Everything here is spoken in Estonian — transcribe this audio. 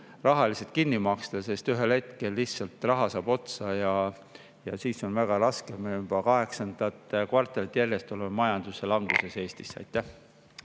rahaliselt kinni maksta, sest ühel hetkel lihtsalt saab raha otsa ja siis on väga raske. Me juba kaheksandat kvartalit järjest oleme Eestis majanduslanguses. Aitäh!